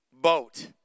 boat